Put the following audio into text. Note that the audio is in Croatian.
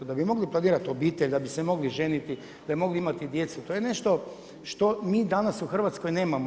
Da bi mogli planirati obitelj, da bi se mogli ženiti, da bi mogli imati djecu, to je nešto što mi danas u Hrvatskoj nemamo.